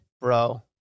Bro